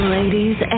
ladies